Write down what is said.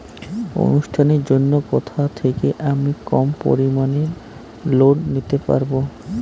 অনুষ্ঠানের জন্য কোথা থেকে আমি কম পরিমাণের লোন নিতে পারব?